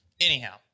Anyhow